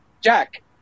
Jack